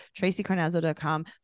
TracyCarnazzo.com